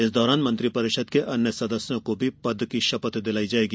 इस दौरान मंत्री परिषद के सदस्यों को भी पद की शपथ दिलाई जाएगी